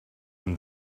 him